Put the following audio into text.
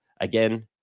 again